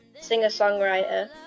singer-songwriter